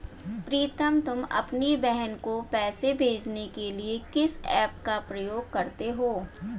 प्रीतम तुम अपनी बहन को पैसे भेजने के लिए किस ऐप का प्रयोग करते हो?